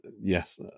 Yes